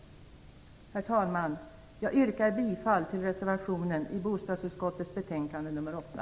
Herr talman! Jag yrkar bifall till reservationerna till bostadsutskottets betänkande nr 8.